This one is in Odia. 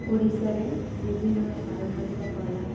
ଓଡ଼ିଶାରେ ବିଭିନ୍ନ ପାରମ୍ପରିକ କଳା